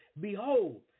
Behold